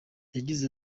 yagize